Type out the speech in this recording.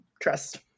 trust